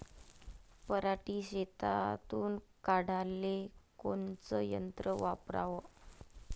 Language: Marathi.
पराटी शेतातुन काढाले कोनचं यंत्र वापराव?